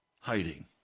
hiding